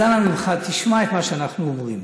אז אנא ממך, תשמע את מה שאנחנו אומרים.